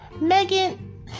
Megan